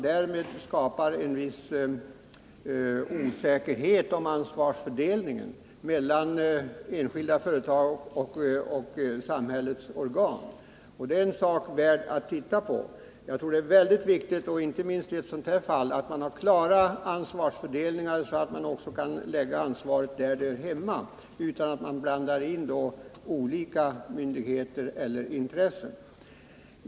Därmed skapar man en viss osäkerhet om ansvarsfördelningen mellan enskilda företag och samhällets organ. Det är en sak värd att se över. Jag tror det är väldigt viktigt, inte minst i ett sådant här fall, att man har en klar ansvarsfördelning, så att man också kan lägga ansvaret där det hör hemma, utan att blanda in olika myndigheter eller intressen.